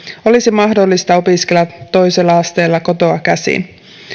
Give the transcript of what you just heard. olisi mahdollista opiskella toisella asteella kotoa käsin